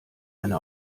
eine